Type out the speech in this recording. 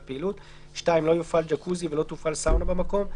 פעילות; לא יופעל ג'קוזי ולא תופעל סאונה במקום,